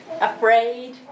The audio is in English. afraid